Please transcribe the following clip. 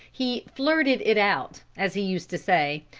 he flirted it out as he used to say,